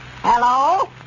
Hello